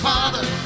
Father